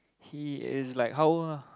he is like how old ah